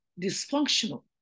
dysfunctional